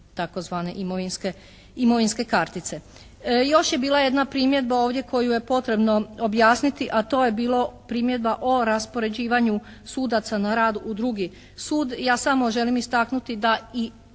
tzv. imovinske kartice. Još je bila jedna primjedba ovdje koju je potrebno objasniti, a to je bilo primjedba o raspoređivanju sudaca na rad u drugi sud. Ja samo želim istaknuti da i